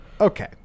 Okay